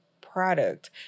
product